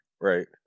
right